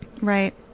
Right